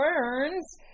Burns